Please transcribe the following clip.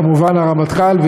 כמובן הרמטכ"ל,